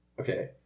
Okay